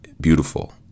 beautiful